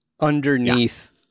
underneath